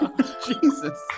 jesus